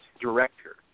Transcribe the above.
director